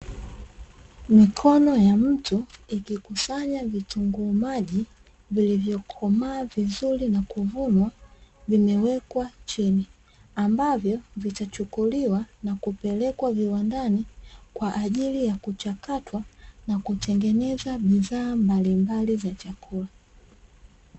Mikono ya mtu ikikusanya vitunguu maji vilivyokomaa vizuri na kuvunwa vimewekwa chini, ambavyo vitachukuliwa na kupelekwa viwandani kwa ajili ya kuchakatwa na kutengeneza bidhaa mbalimbali za chakula.